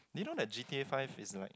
you know that G_T_A five is like